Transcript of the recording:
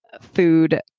food